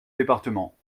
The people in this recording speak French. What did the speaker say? départements